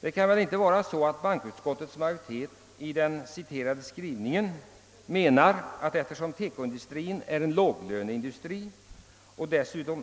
Det kan väl inte vara så att bankoutskottet menat att några åtgärder inte behöver vidtagas, eftersom TEKO-industrin är en låglöneindustri och